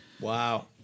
Wow